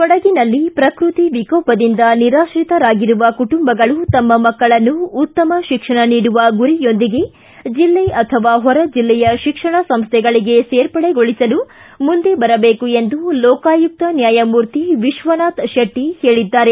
ಕೊಡಗಿನಲ್ಲಿ ಪ್ರಕೃತಿ ವಿಕೋಪದಿಂದ ನಿರಾತ್ರಿತರಾಗಿರುವ ಕುಟುಂಬಗಳು ತಮ್ಮ ಮಕ್ಕಳನ್ನು ಉತ್ತಮ ಶಿಕ್ಷಣ ನೀಡುವ ಗುರಿಯೊಂದಿಗೆ ಜಿಲ್ಲೆ ಅಥವಾ ಹೊರ ಜಿಲ್ಲೆಯ ಶಿಕ್ಷಣ ಸಂಸ್ಟೆಗಳಿಗೆ ಸೇರ್ಪಡೆಗೊಳಿಸಲು ಮುಂದೆ ಬರಬೇಕು ಎಂದು ಲೋಕಾಯುಕ್ತ ನ್ಯಾಯಮೂರ್ತಿ ವಿಶ್ವನಾಥ ಶೆಟ್ಟಿ ಹೇಳಿದ್ದಾರೆ